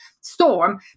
storm